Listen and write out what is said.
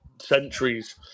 centuries